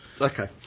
okay